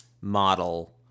model